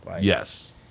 Yes